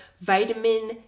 vitamin